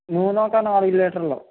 నూనె ఒక నాలుగు లీటర్లు